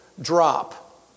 drop